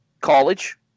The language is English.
college